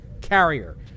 carrier